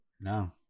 no